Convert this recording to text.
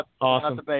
Awesome